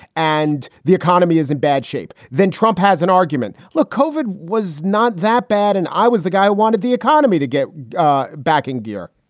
and the economy is in bad shape. then trump has an argument. look, covered was not that bad. and i was the guy who wanted the economy to get back in gear,